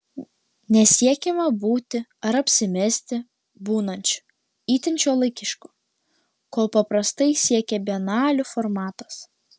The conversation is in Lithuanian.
nesiekiama būti ar apsimesti būnančiu itin šiuolaikišku ko paprastai siekia bienalių formatas